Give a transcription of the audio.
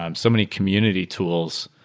um so many community tools.